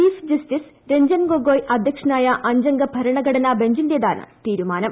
chief justice Ranjan Gogoi അധ്യക്ഷനായ അഞ്ചംഗ ഭരണഘടനാ ബെഞ്ചിന്റേതാണ് തീരുമാനം